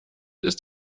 ist